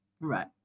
Right